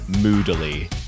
Moodily